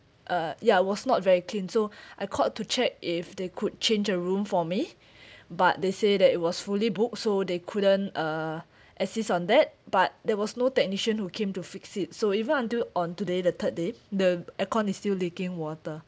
uh ya was not very clean so I called to check if they could change a room for me but they say that it was fully booked so they couldn't uh assist on that but there was no technician who came to fix it so even until on today the third day the aircon is still leaking water